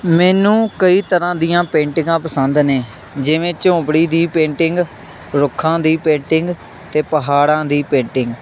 ਮੈਨੂੰ ਕਈ ਤਰ੍ਹਾਂ ਦੀਆਂ ਪੇਂਟਿੰਗਾਂ ਪਸੰਦ ਨੇ ਜਿਵੇਂ ਝੋਂਪੜੀ ਦੀ ਪੇਂਟਿੰਗ ਰੁੱਖਾਂ ਦੀ ਪੇਂਟਿੰਗ ਪਹਾੜਾਂ ਦੀ ਪੇਂਟਿੰਗ